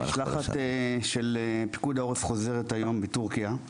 המשלחת של פיקוד העורף חוזרת היום מטורקיה,